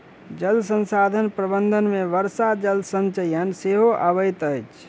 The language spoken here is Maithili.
जल संसाधन प्रबंधन मे वर्षा जल संचयन सेहो अबैत अछि